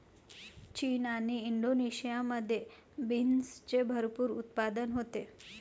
चीन आणि इंडोनेशियामध्ये बीन्सचे भरपूर उत्पादन होते